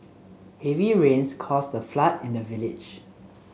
heavy rains caused a flood in the village